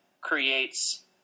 creates